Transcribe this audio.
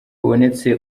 bubonetse